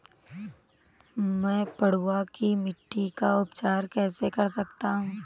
मैं पडुआ की मिट्टी का उपचार कैसे कर सकता हूँ?